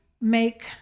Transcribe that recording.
make